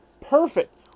Perfect